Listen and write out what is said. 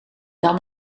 dan